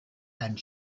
and